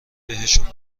بهشون